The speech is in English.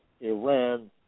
Iran